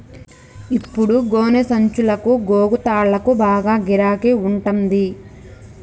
ఇప్పుడు గోనె సంచులకు, గోగు తాళ్లకు బాగా గిరాకి ఉంటంది